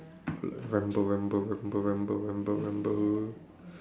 ramble ramble ramble ramble ramble ramble